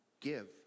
give